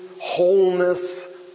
wholeness